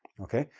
okay?